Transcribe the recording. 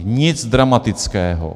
Nic dramatického.